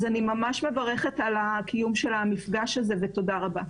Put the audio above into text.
אז אני ממש מברכת על הקיום של המפגש הזה ותודה רבה.